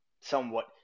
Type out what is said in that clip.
Somewhat